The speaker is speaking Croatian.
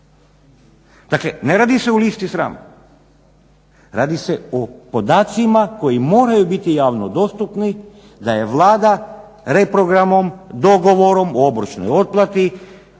Dakle ne radi se o listi srama, radi se o podacima koji moraju biti javno dostupni da je Vlada reprogramom, dogovorom o obročnoj otplati,